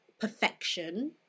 perfection